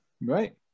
Right